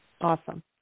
Awesome